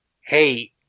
hey